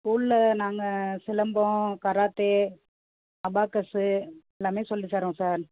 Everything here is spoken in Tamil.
ஸ்கூலில் நாங்கள் சிலம்பம் கராத்தே அபாக்கஸ்ஸு எல்லாம் சொல்லித் தர்றோம் சார்